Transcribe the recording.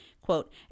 quote